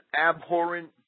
abhorrent